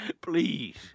Please